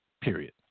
Period